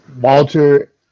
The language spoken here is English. Walter